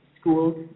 schools